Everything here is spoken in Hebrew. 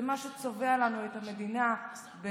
זה מה שצובע לנו את המדינה בצבעים: